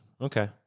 okay